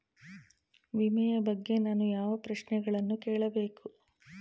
ವಿಮೆಯ ಬಗ್ಗೆ ನಾನು ಯಾವ ಪ್ರಶ್ನೆಗಳನ್ನು ಕೇಳಬೇಕು?